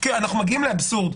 אנחנו מגיעים לאבסורד.